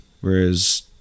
whereas